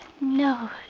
no